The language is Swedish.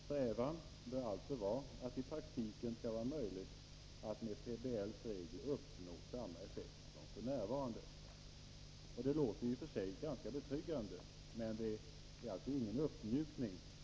Strävan bör alltså vara att det i praktiken skall vara möjligt att med PBL:s regler uppnå samma effekter som f. n.” Det låter alltså ganska betryggande, men det andas ingen uppmjukning.